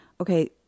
okay